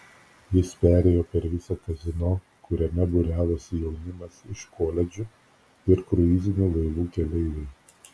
jis perėjo per visą kazino kuriame būriavosi jaunimas iš koledžų ir kruizinių laivų keleiviai